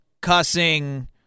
cussing